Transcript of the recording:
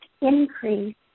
increase